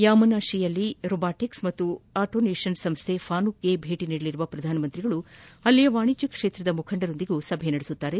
ಯಾಮನಾತಿಯಲ್ಲಿ robotics ಮತ್ತು automation ಸಂಸ್ಟೆ ಫಾನುಕ್ಗೆ ಭೇಟಿ ನೀಡಲಿರುವ ಪ್ರಧಾನಮಂತ್ರಿಗಳು ಅಲ್ಲಿನ ವಾಣಿಜ್ಯ ಕ್ಷೇತ್ರದ ಮುಖಂಡರೊಂದಿಗೆ ಸಭೆ ನಡೆಸಲಿದ್ದಾರೆ